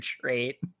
trait